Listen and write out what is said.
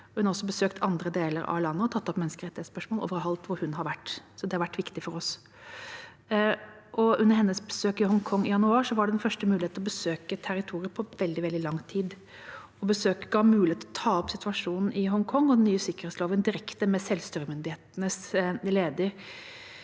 Hun har også besøkt andre deler av landet og tatt opp menneskerettighetsspørsmål overalt hvor hun har vært. Det har vært viktig for oss. Hennes besøk i Hongkong i januar var første mulighet til å besøke territoriet på veldig, veldig lang tid. Besøket ga mulighet til å ta opp situasjonen i Hongkong og den nye sikkerhetsloven direkte med selvstyremyndighetenes leder,